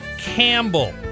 Campbell